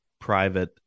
private